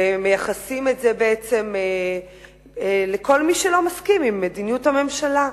ומייחסים את זה בעצם לכל מי שלא מסכים עם מדיניות הממשלה.